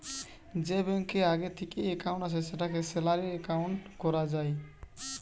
যে ব্যাংকে আগে থিকেই একাউন্ট আছে সেটাকে স্যালারি একাউন্ট কোরা যায়